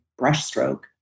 brushstroke